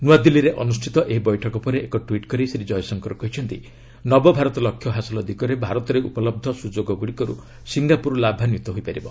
ନ୍ତଆଦିଲ୍ଲୀରେ ଅନୁଷ୍ଠିତ ଏହି ବୈଠକ ପରେ ଏକ ଟ୍ୱିଟ୍ କରି ଶ୍ରୀ ଜୟଶଙ୍କର କହିଛନ୍ତି ନବଭାରତ ଲକ୍ଷ୍ୟ ହାସଲ ଦିଗରେ ଭାରତରେ ଉପଲହ୍ଧ ସୁଯୋଗଗୁଡ଼ିକରୁ ସିଙ୍ଗାପୁର ଲାଭାନ୍ୱିତ ହୋଇପାରିବ